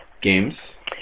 games